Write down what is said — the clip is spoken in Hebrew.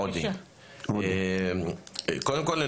קודם כל,